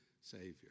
Savior